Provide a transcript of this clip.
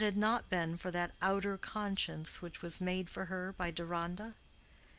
if it had not been for that outer conscience which was made for her by deronda?